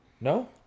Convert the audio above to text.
No